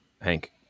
Hank